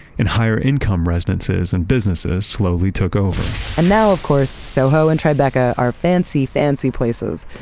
and higher income residences and businesses slowly took over and now of course, soho and tribeca are fancy, fancy places,